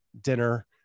dinner